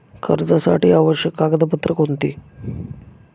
कर्जासाठी आवश्यक कागदपत्रे कोणती?